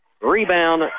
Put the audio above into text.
Rebound